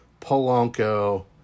Polanco